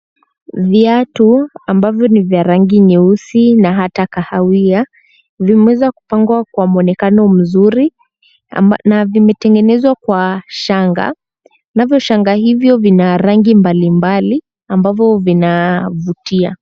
Viatu ambavyo ni vya rangi nyeusi na hata kahawia, vimeweza kupangwa kwa mwonekano mzuri na vimetengenezwa kwa shanga. Navyo shanga hivyo vina rangi mbalimbali ambavyo vinavutia.